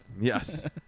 yes